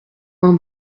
mains